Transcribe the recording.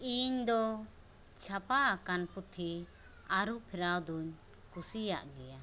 ᱤᱧ ᱫᱚ ᱪᱷᱯᱟᱣᱟᱠᱟᱱ ᱯᱩᱛᱷᱤ ᱟᱹᱨᱩ ᱯᱷᱮᱨᱟᱣ ᱫᱚᱧ ᱠᱩᱥᱤᱭᱟᱜ ᱜᱮᱭᱟ